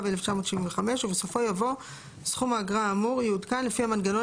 התשל"ו-1975" ובסופו יבוא "סכום האגרה האמור יעודכן לפי המנגנון